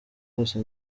hose